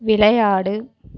விளையாடு